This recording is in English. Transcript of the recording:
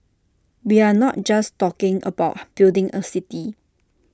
we are not just talking about building A city